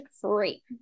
free